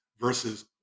versus